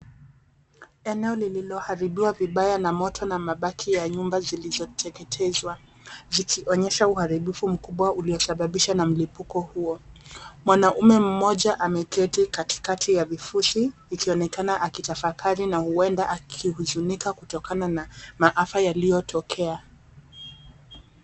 Eneo lililoharibiwa vibaya na moto na mabaki ya nyumba zilizoteketezwa zikionyesha uharibifu mkubwa uliosababishwa na mlipuko huo. Mwanaume mmoja ameketi katikati ya vifusi ikionekana akitafakari na huenda akihuzunika kutokana na maafa yaliyotokea.